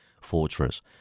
fortress